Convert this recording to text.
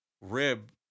rib